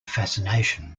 fascination